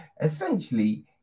Essentially